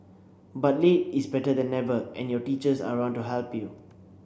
but late is better than never and your teachers are around to help you